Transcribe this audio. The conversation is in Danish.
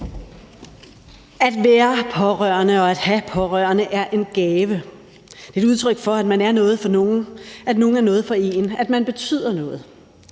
At være pårørende og at have pårørende er en gave. Det er et udtryk for, at man er noget for nogen, at nogen er noget for en, at man betyder noget.